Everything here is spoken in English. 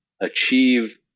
achieve